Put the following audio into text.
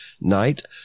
night